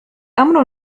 أمر